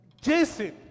Jason